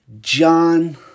John